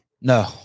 No